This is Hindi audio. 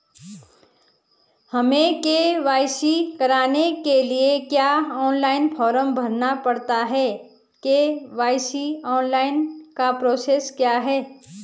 हमें के.वाई.सी कराने के लिए क्या ऑनलाइन फॉर्म भरना पड़ता है के.वाई.सी ऑनलाइन का प्रोसेस क्या है?